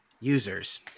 users